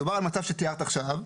מדובר על מצב שתיארת עכשיו,